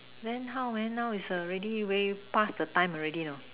then how man now is already way past the time already know